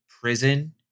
prison